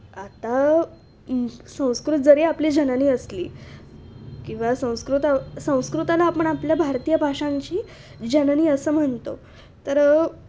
आता संस्कृत जरी आपली जननी असली किंवा संस्कृत संस्कृतला आपण आपल्या भारतीय भाषांची जननी असं म्हणतो तर